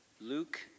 Luke